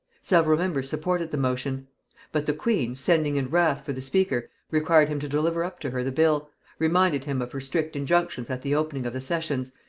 several members supported the motion but the queen, sending in wrath for the speaker, required him to deliver up to her the bill reminded him of her strict injunctions at the opening of the sessions,